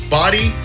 body